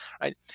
right